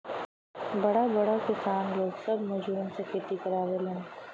बड़ा बड़ा किसान लोग सब मजूरन से खेती करावलन